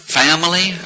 family